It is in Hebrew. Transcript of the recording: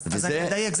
אני מדייק.